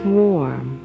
warm